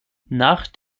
nach